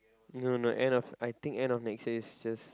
no no no end of I think end of next year it's just